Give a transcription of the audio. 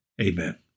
Amen